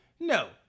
No